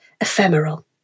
ephemeral